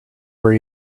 where